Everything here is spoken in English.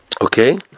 Okay